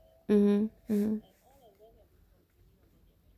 mm